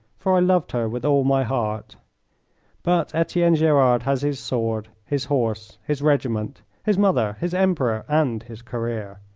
for i loved her with all my heart but etienne gerard has his sword, his horse, his regiment, his mother, his emperor, and his career.